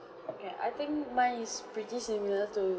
okay I think mine is pretty similar to